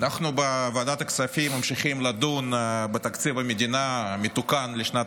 אנחנו בוועדת הכספים ממשיכים לדון בתקציב המדינה המתוקן לשנת